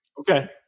Okay